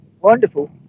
Wonderful